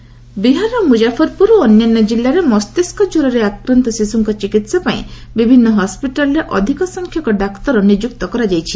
Bihar encephalitis ବିହାରର ମୁଜାଫରପୁର ଓ ଅନ୍ୟାନ୍ୟ ଜିଲ୍ଲାରେ ମସ୍ତିଷ୍କ ଜ୍ୱରରେ ଆକ୍ରାନ୍ତ ଶିଶୁଙ୍କ ଚିକିତ୍ସା ପାଇଁ ବିଭିନ୍ନ ହସ୍କିଟାଲ୍ରେ ଅଧିକ ସଂଖ୍ୟକ ଡାକ୍ତର ନିଯୁକ୍ତ କରାଯାଇଛି